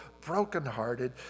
brokenhearted